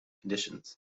conditions